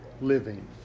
living